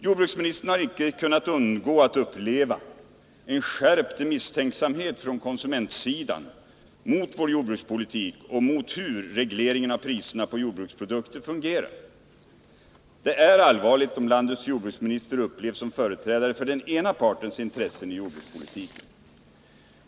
Jordbruksministern har icke kunnat undgå att uppleva en skärpt misstänksamhet från konsumentsidan mot vår jordbrukspolitik och mot hur regleringen av priserna på jordbruksprodukter fungerar. Det är allvarligt om landets jordbruksminister upplevs som företrädare för den ena partens intressen i jordbrukspolitiken.